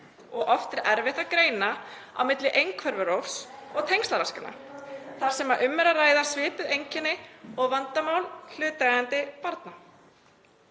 og oft erfitt að greina á milli einhverfurófs- og tengslaraskana þar sem um er að ræða svipuð einkenni og vandamál hlutaðeigandi barna.“